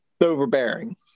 overbearing